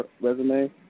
resume